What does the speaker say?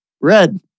Red